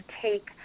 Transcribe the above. take